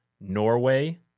Norway